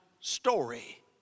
story